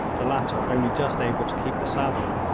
the latter only just able to keep the saddle,